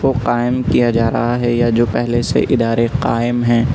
کو قائم کیا جا رہا ہے یا جو پہلے سے ادارے قائم ہیں